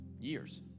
years